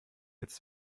jetzt